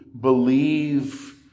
believe